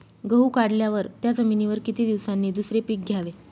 गहू काढल्यावर त्या जमिनीवर किती दिवसांनी दुसरे पीक घ्यावे?